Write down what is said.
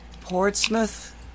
Portsmouth